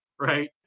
right